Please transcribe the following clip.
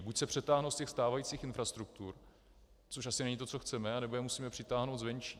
Buď se přetáhnou ze stávajících infrastruktur, což asi není to, co chceme, anebo je musíme přitáhnout zvenčí.